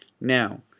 Now